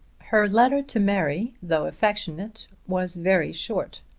her letter to mary, though affectionate, was very short.